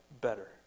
better